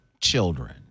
children